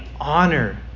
honor